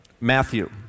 Matthew